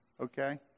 Okay